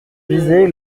viser